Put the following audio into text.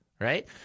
right